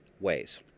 ways